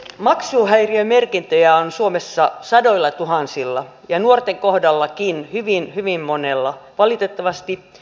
maksuhäiriömerkintöjä on suomessa sadoillatuhansilla ja nuorten kohdallakin hyvin monella valitettavasti kasvamaan päin